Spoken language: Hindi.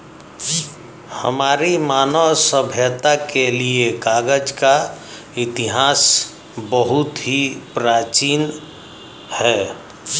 हमारी मानव सभ्यता के लिए कागज का इतिहास बहुत ही प्राचीन है